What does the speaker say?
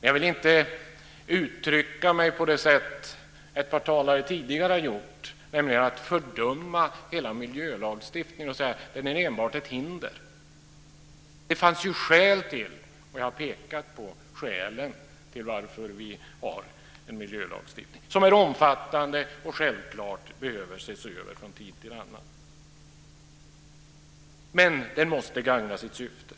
Jag vill inte uttrycka mig på samma sätt som ett par talare här tidigare gjorde genom att fördöma hela miljölagstiftningen och säga att den enbart är ett hinder. Det fanns ju skäl. Jag har redan pekat på skälen till att vi har en miljölagstiftning som är omfattande och som självklart behöver ses över från tid till annan. Dock måste den gagna sitt syfte.